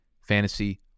fantasy